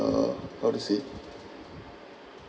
uh how to say